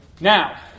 Now